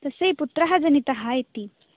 तस्यै पुत्र जनित इति